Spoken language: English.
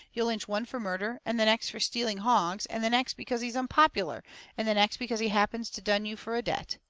you'll lynch one for murder and the next for stealing hogs and the next because he's unpopular and the next because he happens to dun you for a debt.